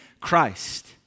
Christ